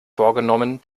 vorgenommen